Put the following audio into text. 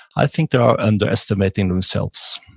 i think they are underestimating themselves